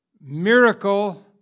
Miracle